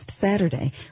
Saturday